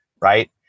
right